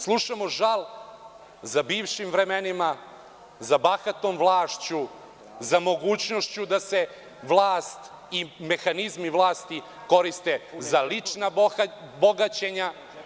Slušamo žal za bivšim vremenima, za bahatom vlašću, za mogućnošću da se vlast i mehanizmi vlasti koriste za lična bogaćenja.